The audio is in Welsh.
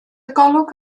golwg